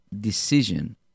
decision